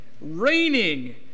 raining